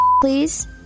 please